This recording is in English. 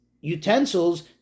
utensils